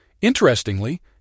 Interestingly